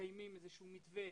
מקיימים איזה שהוא מתווה,